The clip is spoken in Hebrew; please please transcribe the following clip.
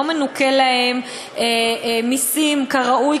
לא מנוכים להם מסים כראוי,